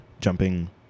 jumping